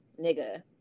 nigga